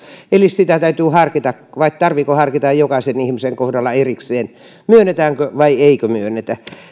eli sitä täytyy harkita vai tarvitseeko harkita jokaisen ihmisen kohdalla erikseen myönnetäänkö vai eikö myönnetä